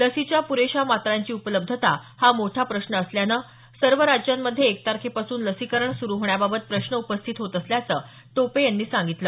लसीच्या पुरेशा मात्रांची उपलब्धता हा मोठा प्रश्न असल्यानं सर्व राज्यांमध्ये एक तारेखपासून लसीकरण सुरू होण्याबाबत प्रश्न उपस्थित होत असल्याचं टोपे यांनी सांगितलं